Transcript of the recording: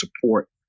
support